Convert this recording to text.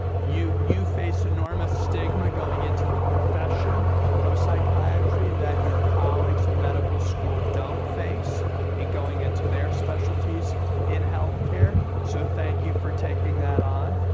you you face enormous stigma, going into the profession of psychiatry, that your colleagues in medical school don't face in going into their specialties in health care. so thank you for taking that on.